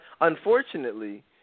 unfortunately